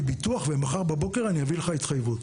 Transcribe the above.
ביטוח ומחר בבוקר אני אביא לך התחייבות.